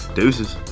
Deuces